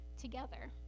together